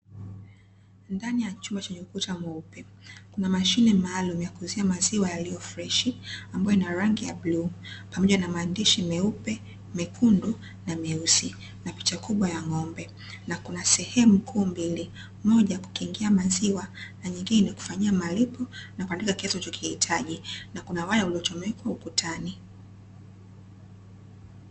Ndani ya chumba chenye ukuta mweupe kuna mashine maalumu ya kuuzia maziwa yaliyo freshi, ambayo ina rangi ya bluu pamoja na maandishi meupe, mekundu na meusi na picha kubwa ya ng'ombe. Na kuna sehemu kuu mbili; moja kukingia maziwa na nyingine, kufanyia malipo na kuandika kiasi unachokihitaji na kuna waya uliochomekwa ukutani.